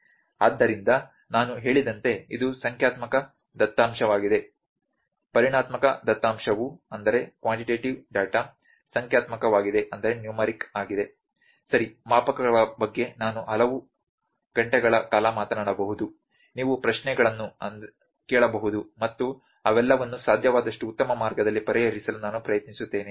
ಆದ್ದರಿಂದ ನಾನು ಹೇಳಿದಂತೆ ಇದು ಸಂಖ್ಯಾತ್ಮಕ ದತ್ತಾಂಶವಾಗಿದೆ ಪರಿಮಾಣಾತ್ಮಕ ದತ್ತಾಂಶವು ಸಂಖ್ಯಾತ್ಮಕವಾಗಿದೆ ಸರಿ ಮಾಪಕಗಳ ಬಗ್ಗೆ ನಾವು ಹಲವು ಗಂಟೆಗಳ ಕಾಲ ಮಾತನಾಡಬಹುದು ನೀವು ಪ್ರಶ್ನೆಗಳನ್ನು ಕೇಳಬಹುದು ಮತ್ತು ಅವೆಲ್ಲವನ್ನೂ ಸಾಧ್ಯವಾದಷ್ಟು ಉತ್ತಮ ಮಾರ್ಗದಲ್ಲಿ ಪರಿಹರಿಸಲು ನಾನು ಪ್ರಯತ್ನಿಸುತ್ತೇನೆ